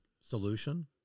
solution